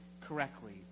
correctly